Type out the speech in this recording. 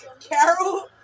Carol